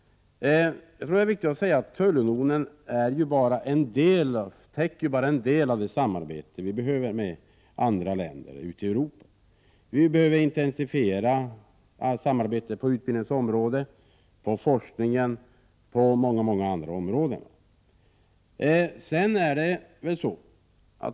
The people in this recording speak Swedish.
Det är viktigare att säga att tullunionen bara täcker en del av det samarbete vi behöver med andra länder ute i Europa. Vi behöver intensifiera allt samarbete på utbildningsområdet — när det gäller forskning och mycket annat.